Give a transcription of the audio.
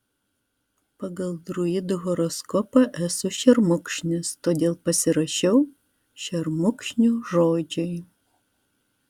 pagal druidų horoskopą esu šermukšnis todėl pasirašiau šermukšnio žodžiai